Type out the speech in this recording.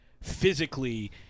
physically